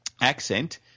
accent